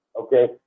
okay